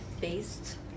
based